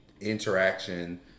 interaction